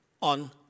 on